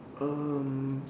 um